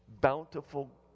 bountiful